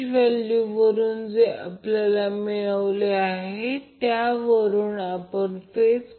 तर म्हणून मी सांगितलेले हे सर्किट आहे